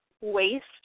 waste